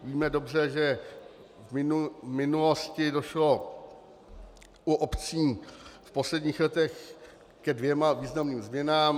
Víme dobře, že v minulosti došlo u obcí v posledních letech ke dvěma významným změnám.